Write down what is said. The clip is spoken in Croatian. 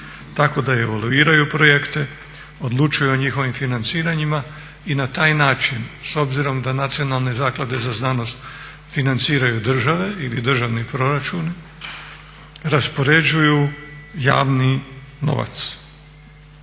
tako da evaluiraju projekte, odlučuju o njihovim financiranjima i na taj način s obzirom da nacionalne zaklade za znanost financiraju države ili državni proračuni, raspoređuju javni novac.